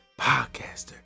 podcaster